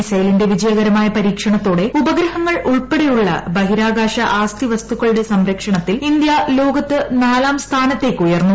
മിസൈലിന്റെ വിജയകരമായ പരീക്ഷണത്തോടെ ഉപഗ്രഹങ്ങൾ ഉൾപ്പെടെയുള്ള ബഹിരാകാശ ആസ്തി വസ്തുക്കളുടെ സംരക്ഷണത്തിൽ ഇന്ത്യ ലോകത്ത് നാലാം സ്ഥാനത്തേക്കുയർന്നു